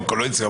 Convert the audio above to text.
קואליציה,